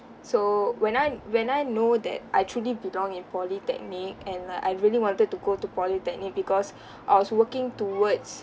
so when I when I know that I truly belong in polytechnic and like I really wanted to go to polytechnic because I was working towards